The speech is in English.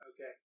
Okay